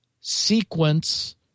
sequence